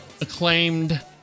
acclaimed